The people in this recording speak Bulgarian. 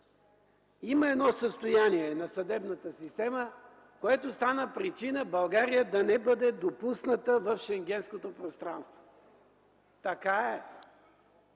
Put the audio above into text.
има едно състояние на съдебната система, което стана причина България да не бъде допусната в Шенгенското пространство.